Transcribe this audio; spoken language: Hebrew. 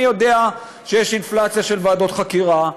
אני יודע שיש אינפלציה של ועדות חקירה,